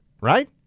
Right